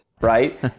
right